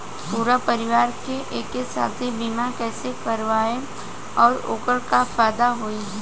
पूरा परिवार के एके साथे बीमा कईसे करवाएम और ओकर का फायदा होई?